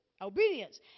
obedience